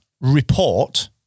report